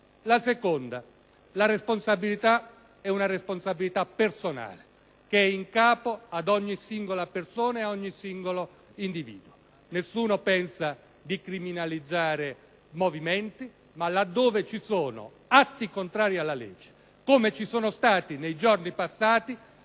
In secondo luogo, la responsabilità è personale, in capo ad ogni singola persona e ad ogni singolo individuo. Nessuno pensa di criminalizzare movimenti, ma laddove ci sono atti contrari alla legge, come ci sono stati nei giorni passati,